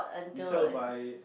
you sell by